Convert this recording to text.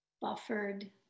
buffered